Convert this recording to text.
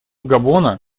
габона